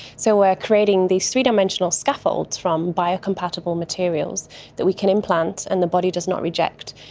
so we are creating these three-dimensional scaffolds from biocompatible materials that we can implant and the body does not reject,